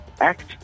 act